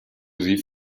sie